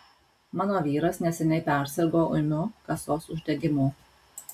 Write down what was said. mano vyras neseniai persirgo ūmiu kasos uždegimu